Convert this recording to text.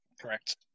Correct